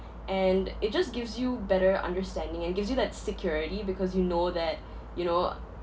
and it just gives you better understanding and gives you that security because you know that you know